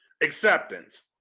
acceptance